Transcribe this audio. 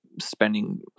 spending